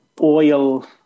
oil